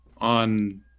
on